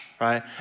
right